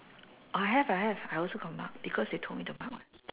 I have I have I also got mark because they told me to mark [what]